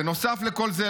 בנוסף לכל זה,